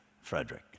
Frederick